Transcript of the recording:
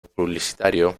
publicitario